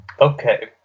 Okay